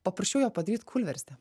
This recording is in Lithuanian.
paprašiau jo padaryt kūlverstį